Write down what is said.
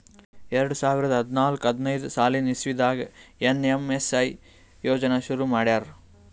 ಎರಡ ಸಾವಿರದ್ ಹದ್ನಾಲ್ಕ್ ಹದಿನೈದ್ ಸಾಲಿನ್ ಇಸವಿದಾಗ್ ಏನ್.ಎಮ್.ಎಸ್.ಎ ಯೋಜನಾ ಶುರು ಮಾಡ್ಯಾರ್